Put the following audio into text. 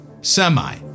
Semi